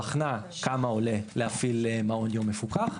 בחנה כמה עולה להפעיל מעון יום מפוקח,